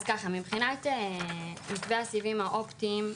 מבחינת מתווה הסיבים האופטימיים,